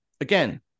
again